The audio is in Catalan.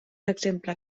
exemple